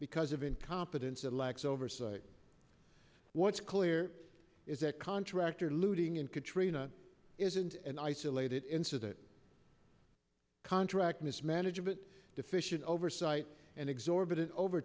because of incompetence at lax oversight what's clear is that contractor looting in katrina isn't an isolated incident contract mismanagement deficient oversight and exorbitant over